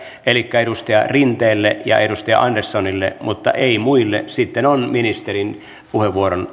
elikkä edustaja rinteelle ja edustaja anderssonille mutta en muille sitten on ministerin puheenvuoron